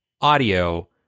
audio